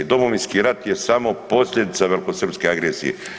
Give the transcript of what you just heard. Domovinski rat je samo posljedica velikosrpske agresije.